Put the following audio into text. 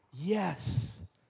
Yes